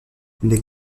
les